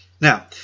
Now